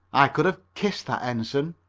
i could have kissed that ensign.